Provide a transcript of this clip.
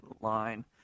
line